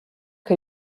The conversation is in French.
que